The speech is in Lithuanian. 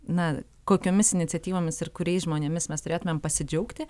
na kokiomis iniciatyvomis ir kuriais žmonėmis mes turėtumėm pasidžiaugti